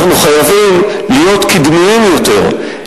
אנחנו חייבים להיות קדמיים יותר,